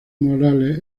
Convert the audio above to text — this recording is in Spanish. morales